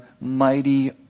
mighty